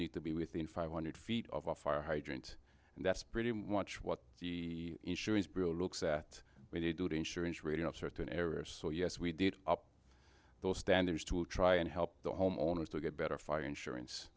need to be within five hundred feet of a fire hydrant and that's pretty much what the insurance bill looks at we do the insurance rating of certain areas so yes we did up those standards to try and help the homeowners to get better fire insurance